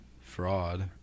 fraud